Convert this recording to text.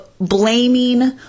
blaming